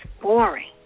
boring